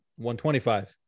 125